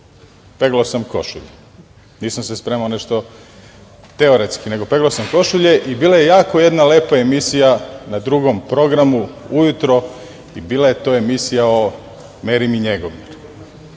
peglao sam košulju. Nisam se spremao nešto teoretski, nego peglao sam košulje i bila je jedna jako lepa emisija na Drugom programu ujutru, a to je bila emisija o Merimi Njegomir